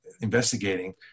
investigating